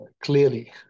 clearly